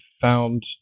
found